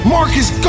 Marcus